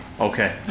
Okay